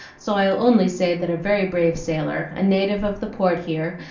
so i'll only say that a very brave sailor, a native of the port here,